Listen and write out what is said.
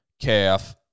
calf